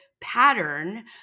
pattern